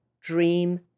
dream